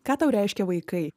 ką tau reiškia vaikai